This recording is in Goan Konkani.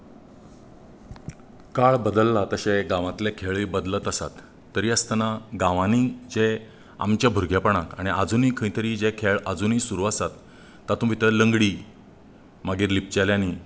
काळ बदल्लां तशें गांवांतले खेळय बदलत आसात तरी आसतना गांवांनी जे आमचें भुरगेंपणाक आनी आजूनीय खंय तरी जे खेळ आजूनी सुरू आसात तातूंत भितर लंगडी मागीर लिपचेल्यांनीं